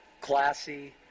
classy